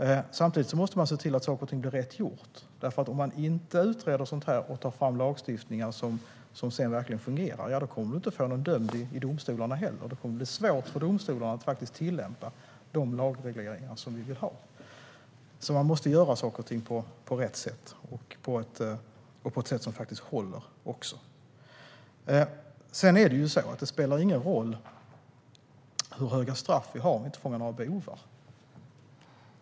Samtidigt måste man se till att saker och ting blir gjorda på rätt sätt. Om man inte utreder och tar fram lagstiftning som sedan verkligen fungerar, då kommer man inte att få några dömda i domstolarna. Det kommer att bli svårt för domstolarna att faktiskt tillämpa de lagregleringar som vi vill ha. Man måste alltså göra saker och ting på rätt sätt och på ett sätt som faktiskt håller. Det spelar ingen roll hur höga straff vi har om vi inte fångar några bovar.